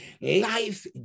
Life